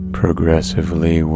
progressively